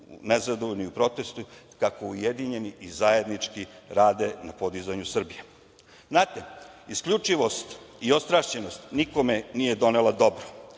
nezadovoljni u protestu kako ujedinjeni i zajednički rade na podizanju Srbije. Znate, isključivost i ostrašćenost nikome nije donelo dobro.